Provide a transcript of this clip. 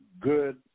good